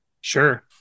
Sure